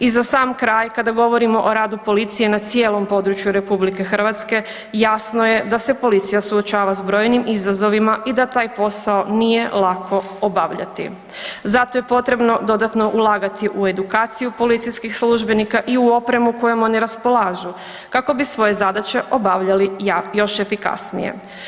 I za sam kraj, kada govorimo o radu policije na cijelom području RH, jasno je da se policija suočava s brojnim izazovima i da taj posao nije lako obavljati zato je potrebno dodatno ulagati u edukaciju policijskih službenika i u opremu kojom oni raspolažu kako bi svoje zadaće obavljali još efikasnije.